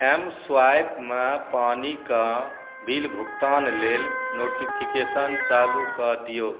M swipe मे पानिके bill भुगतान लेल नोटिफिकेशन चालू कऽ दियौ